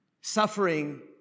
suffering